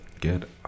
get